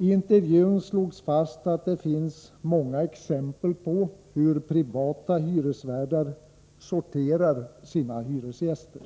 I intervjun slogs fast att det finns många exempel på hur privata hyresvärdar sorterar sina hyresgäster.